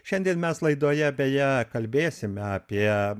šiandien mes laidoje beje kalbėsime apie